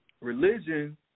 Religion